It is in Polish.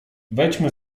wejdźmy